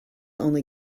only